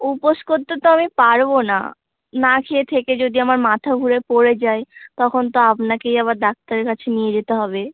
উপোস করতে তো আমি পারবো না না খেয়ে থেকে যদি আমার মাথা ঘুরে পড়ে যাই তখন তো আপনাকেই আবার ডাক্তারের কাছে নিয়ে যেতে হবে